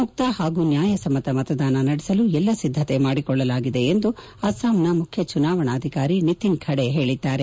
ಮುಕ್ತ ಹಾಗೂ ನ್ಯಾಯಸಮ್ಮತವಾಗಿ ಮತದಾನ ನಡೆಸಲು ಎಲ್ಲ ಸಿದ್ದತೆ ಮಾಡಿಕೊಳ್ಳಲಾಗಿದೆ ಎಂದು ಅಸ್ಟಾಂನ ಮುಖ್ಯ ಚುನಾವಣಾಧಿಕಾರಿ ನಿತಿನ್ ಖಡೆ ಹೇಳಿದ್ದಾರೆ